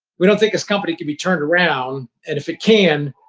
we don't think this company can be turned around and, if it can,